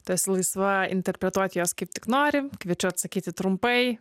tu esi laisva interpretuot juos kaip tik nori kviečiu atsakyti trumpai